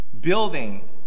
building